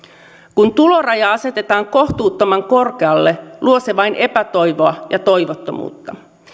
kun tuloraja asetetaan kohtuuttoman korkealle luo se vain epätoivoa ja toivottomuutta